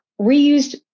reused